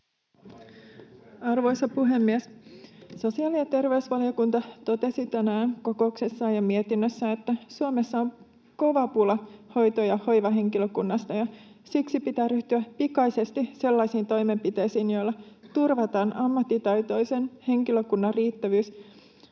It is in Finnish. Arvoisa puhemies! Sosiaali- ja terveysvaliokunta totesi tänään kokouksessaan ja mietinnössään, että Suomessa on kova pula hoito- ja hoivahenkilökunnasta ja siksi pitää ryhtyä pikaisesti sellaisiin toimenpiteisiin, joilla turvataan ammattitaitoisen henkilökunnan riittävyys